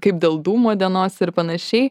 kaip dėl dūmo dienos ir panašiai